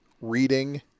Reading